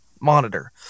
monitor